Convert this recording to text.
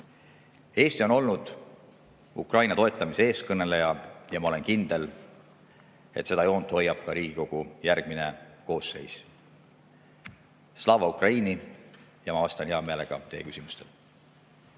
Eesti on olnud Ukraina toetamise eestkõneleja ja ma olen kindel, et seda joont hoiab ka Riigikogu järgmine koosseis. Slava Ukraini! Vastan hea meelega teie küsimustele.